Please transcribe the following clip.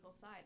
side